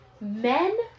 Men